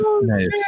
Nice